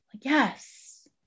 Yes